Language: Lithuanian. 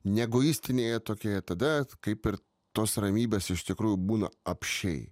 ne egoistinėje tokioje tada kaip ir tos ramybės iš tikrųjų būna apsčiai